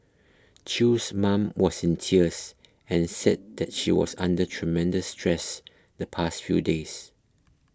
Chew's mom was in tears and said that she was under tremendous stress the past few days